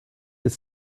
ist